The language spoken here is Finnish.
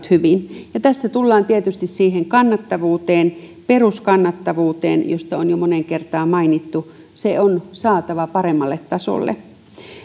hyvin tässä tullaan tietysti kannattavuuteen peruskannattavuuteen josta on jo moneen kertaan mainittu se on saatava paremmalle tasolle